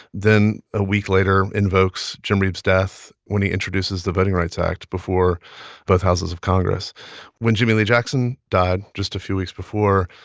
then, a week later, invokes jim reeb's death when he introduces the voting rights act before both houses of congress when jimmie lee jackson died just a few weeks before,